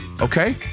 Okay